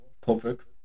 perfect